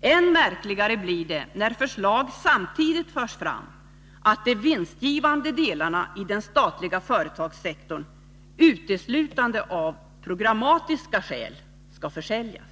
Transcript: Än märkligare blir det när förslag samtidigt förs fram att de vinstgivande delarna i den statliga företagssektorn uteslutande av programmatiska skäl skall försäljas.